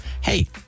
Hey